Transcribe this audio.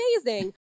amazing